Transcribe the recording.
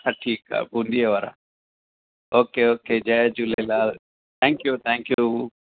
हा ठीकु आहे बूंदीअ वारा ओके ओके जय झूलेलाल थैंक्यू थैंक्यू